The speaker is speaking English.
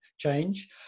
change